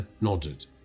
nodded